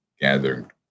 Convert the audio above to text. gathered